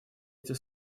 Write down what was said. эти